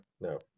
No